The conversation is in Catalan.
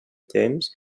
temps